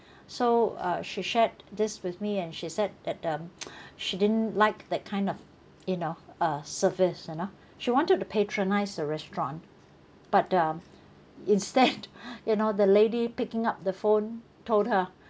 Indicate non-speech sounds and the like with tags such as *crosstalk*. so uh she shared this with me and she said that um *noise* she didn't like that kind of you know uh service you know she wanted to patronise the restaurant but um instead *laughs* you know the lady picking up the phone told her